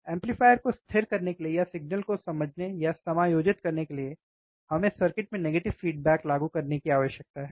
amplifier को स्थिर करने के लिए या सिग्नल को समझने या समायोजित करने के लिए हमें सर्किट में नेगेटिव फ़ीडबैक लागू करने की आवश्यकता है